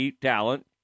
talent